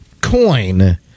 coin